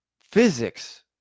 physics